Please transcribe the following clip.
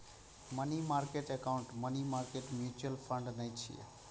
money market account money market mutual fund नै छियै